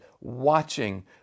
watching